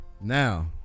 Now